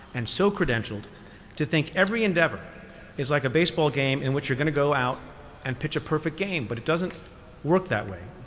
and so credentialed to think every endeavor is like a baseball game in which you're going to go out and pitch a perfect game. but it doesn't work that way.